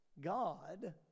God